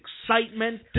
excitement